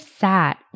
sat